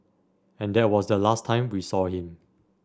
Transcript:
and that was the last time we saw him